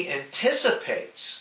anticipates